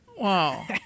Wow